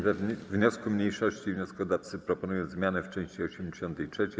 We wniosku mniejszości wnioskodawcy proponują zmianę w części 83: